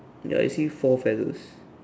ya I see four feathers